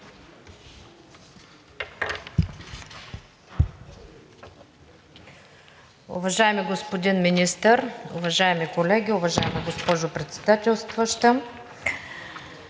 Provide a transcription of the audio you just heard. Уважаеми господин Министър, уважаеми колеги, уважаема госпожо Председателстваща!